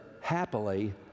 happily